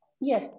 Yes